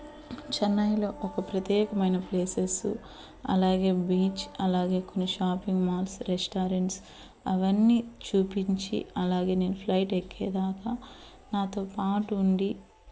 చెన్నైలో ఒక ప్రత్యేకమైన ప్లేసెసు అలాగే బీచ్ అలాగే కొన్ని షాపింగ్ మాల్స్ రెస్టారెంట్స్ అవన్నీ చూపించి అలాగే నేను ఫ్లైట్ ఎక్కేదాకా నాతో పాటు ఉండి